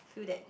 feel that